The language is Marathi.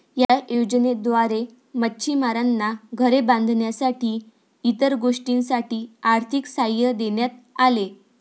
या योजनेद्वारे मच्छिमारांना घरे बांधण्यासाठी इतर गोष्टींसाठी आर्थिक सहाय्य देण्यात आले